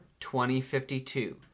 2052